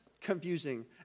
confusing